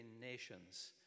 nations